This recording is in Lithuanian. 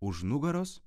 už nugaros